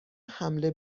حمل